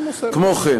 כמו כן,